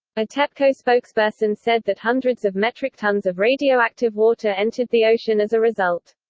a tepco spokesperson said that hundreds of metric tons of radioactive water entered the ocean as a result.